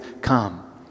come